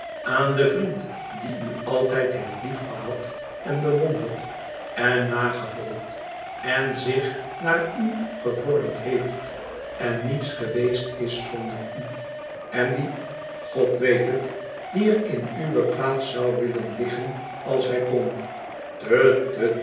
aan den vriend die u altijd heeft liefgehad en bewonderd en nap evolgd en zich naar u gevormd heeft en niets geweest is zonder u en die god weet het hier in uwe plaats zou willen uggen als hij kon